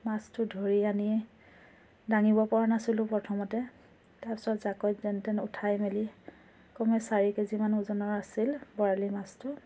মাছটো ধৰি আনি দাঙিব পৰা নাছিলোঁ প্ৰথমতে তাৰ পিছত জাকৈত যেনে তেনে উঠাই মেলি কমেও চাৰি কেজিমান ওজনৰ আছিল বৰালি মাছটো